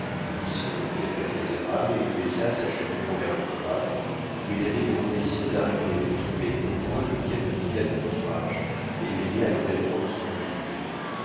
le mit sur le quai de la cathédrale et le laissa s'acheminant vers le cloître où il avait grand désir d'arriver pour sauver au moins le canonicat du naufrage et veiller à l'enlèvement de son mobilier